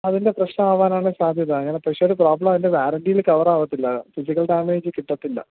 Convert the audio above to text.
അതിൻ്റെ പ്രശ്നം ആവാനാണ് സാധ്യത അങ്ങനെ പ്രോബ്ലം അതിൻറെ വാറണ്ടീയിൽ കവറ് ആവത്തില്ല ഫിസിക്കൽ ഡാമേജ് കിട്ടത്തില്ല